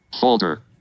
folder